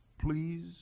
please